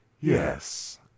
Yes